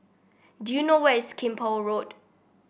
do you know where is Keppel Road